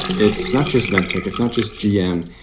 it's not just ventec. it's not just gm.